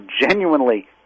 genuinely